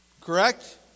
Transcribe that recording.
Correct